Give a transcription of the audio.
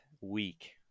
week